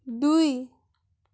দুই